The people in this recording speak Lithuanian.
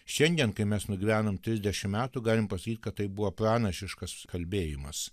šiandien kai mes nugyvenom trisdešim metų galim pasakyt kad tai buvo pranašiškas kalbėjimas